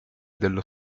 dello